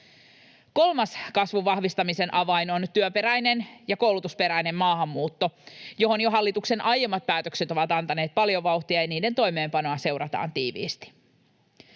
Kolmas kasvun vahvistamisen avain on työperäinen ja koulutusperäinen maahanmuutto, johon jo hallituksen aiemmat päätökset ovat antaneet paljon vauhtia, ja niiden toimeen-panoa seurataan tiiviisti.